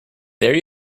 there